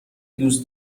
دوست